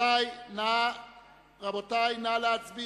אושר על-ידי הכנסת.